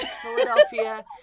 Philadelphia